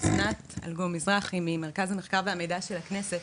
אסנת אלגום-מזרחי ממרכז המחקר והמידע של הכנסת.